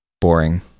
boring